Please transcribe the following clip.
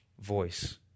voice